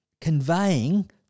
conveying